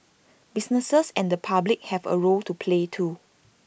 businesses and the public have A role to play too